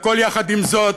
והכול יחד עם זה,